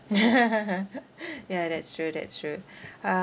ya that's true that's true